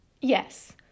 Yes